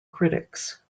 critics